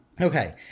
Okay